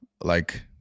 like-